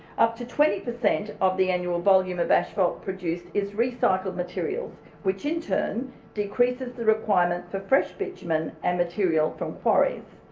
up to twenty percent of the annual volume of asphalt produced is recycled materials which in turn decreases the requirement for fresh bitumen and material from quarries.